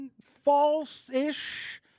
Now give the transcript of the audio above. False-ish